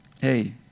hey